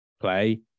play